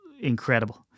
incredible